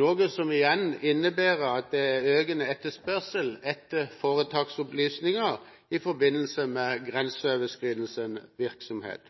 noe som igjen innebærer økende etterspørsel etter foretaksopplysninger i forbindelse med grenseoverskridende virksomhet.